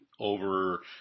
over